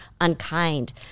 unkind